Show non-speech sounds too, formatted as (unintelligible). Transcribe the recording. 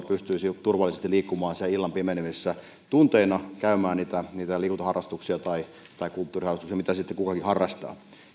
(unintelligible) pystyisi turvallisesti liikkumaan illan pimenevinä tunteina käymään niissä liikuntaharrastuksissa tai tai kulttuuriharrastuksissa mitä sitten kukakin harrastaa